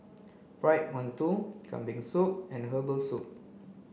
fried Mantou Kambing Soup and herbal soup